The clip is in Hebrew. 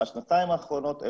השנתיים האחרונות,